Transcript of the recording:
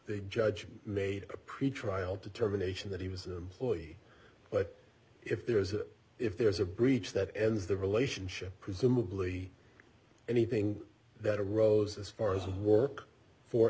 the judge made a pretrial determination that he was employed but if there is if there's a breach that ends the relationship presumably anything that arose as far as work d for